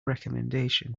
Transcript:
recomendation